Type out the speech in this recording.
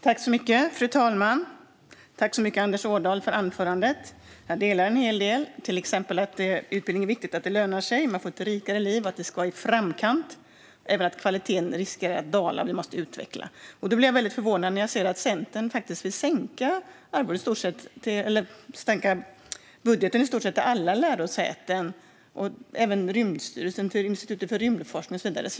Fru talman! Jag tackar Anders Ådahl för anförandet. Jag håller med om en hel del, till exempel att det är viktigt med utbildning och att utbildning lönar sig - man får ett rikare liv. Vi ska ligga i framkant. Jag håller också med om att kvaliteten riskerar att dala och att vi måste utveckla detta. Jag blev väldigt förvånad när jag såg att Centern vill minska anslagen i budgeten till i stort sett alla lärosäten, och även till Rymdstyrelsen, Institutet för rymdfysik och så vidare.